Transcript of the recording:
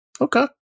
Okay